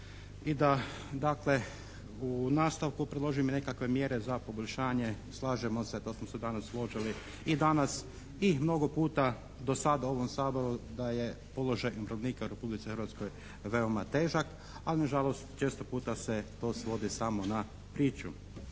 i da dakle u nastavku predložim i nekakve mjere za poboljšanje, slažemo se da smo se danas složili i danas i mnogo puta do sada u ovom Saboru da je položaj umirovljenika u Republici Hrvatskoj veoma težak, ali nažalost često puta se to svodi samo na priču.